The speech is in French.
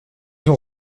ont